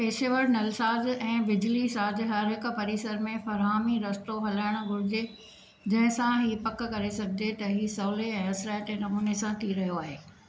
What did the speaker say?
पेशेवर नलसाज़ु ऐं बिजलीसाज हर हिकु परिसर में फ़रहामी रस्तो हलाइणु घुरिजे जंहिंसां इहा पकु करे सघिजे त इहा सहुले ऐं असिराइते नमूने सां थी रहियो आहे